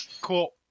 Cool